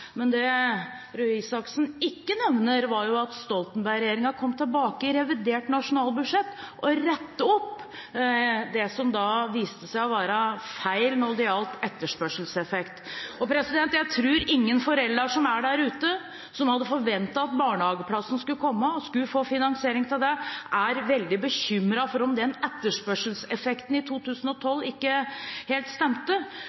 Men det Røe Isaksen ikke nevner, var at Stoltenberg-regjeringen kom tilbake i revidert nasjonalbudsjett og rettet opp det som viste seg å være feil når det gjaldt etterspørselseffekt. Jeg tror ingen foreldre som er der ute, som hadde forventet at barnehageplassen skulle komme og få den finansiert, er veldig bekymret for om den etterspørselseffekten i